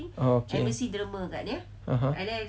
oh okay (uh huh)